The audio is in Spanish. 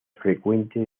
frecuente